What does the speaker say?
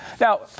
Now